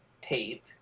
tape